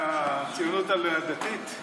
הציונות הדתית.